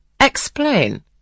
explain